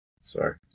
Sorry